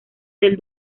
del